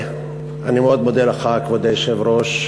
כבוד היושב-ראש,